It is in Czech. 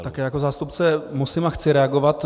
Tak jako zástupce musím a chci reagovat.